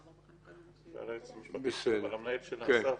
הם יכולים, למשל,